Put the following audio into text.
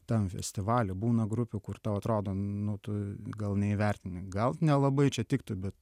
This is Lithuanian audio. tam festivaliu būna grupių kur tau atrodo nu tu gal neįvertini gal nelabai čia tiktų bet